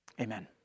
Amen